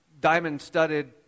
diamond-studded